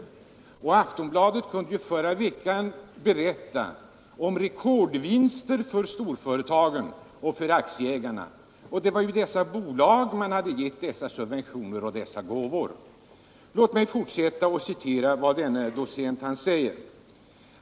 Aftonbladet kunde förra veckan berätta om rekordvinster för storföretagen och aktieägarna. Det var ju bolagen man hade gett dessa subventioner och gåvor. Låt mig fortsätta och citera vad denne docent skriver.